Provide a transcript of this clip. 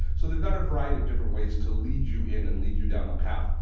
so they've got a variety of different ways to lead you in and lead you down the path.